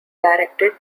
directed